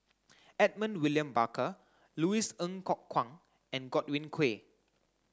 Edmund William Barker Louis Ng Kok Kwang and Godwin Koay